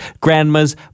grandma's